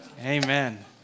Amen